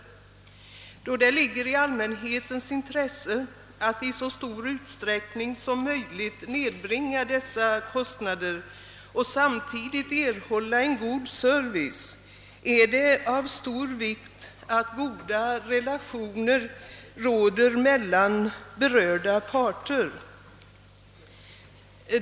Och då det ligger i allmänhetens intresse att i så stor utsträck "ning som möjligt nedbringa dessa kostnader och att samtidigt erhålla en god service, är det av stor vikt att goda relationer råder mellan berörda parter.